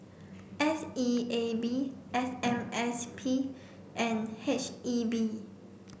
S E A B F M S P and H E B